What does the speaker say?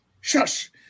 Shush